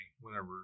whenever